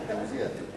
תודה.